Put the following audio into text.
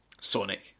Sonic